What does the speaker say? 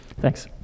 thanks